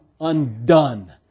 undone